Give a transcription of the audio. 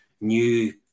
new